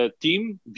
team